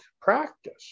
practice